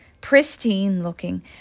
pristine-looking